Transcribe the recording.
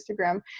Instagram